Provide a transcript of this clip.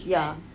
ya